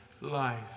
life